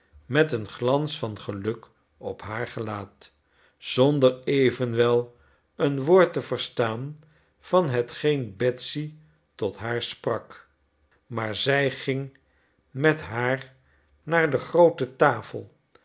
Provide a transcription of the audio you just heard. met een glans van geluk op haar gelaat zonder evenwel een woord te verstaan van hetgeen betsy tot haar sprak maar zij ging met haar naar de groote tafel